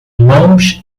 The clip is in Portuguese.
mãos